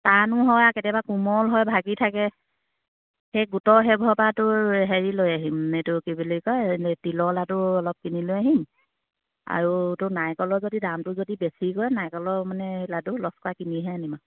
টানো হয় কেতিয়াবা কোমল হয় ভাগি থাকে সেই গোটৰ সেইবোৰৰ পৰা হেৰি লৈ আহিম এইটো কি বুলি কয় তিলৰ লাডু অলপ কিনি লৈ আহিম আৰু তোৰ নাৰিকলৰ যদি দামটো যদি বেছি কয় নাৰিকলৰ মানে লাডু লচকৰা কিনিহে আনিম